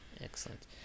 Excellent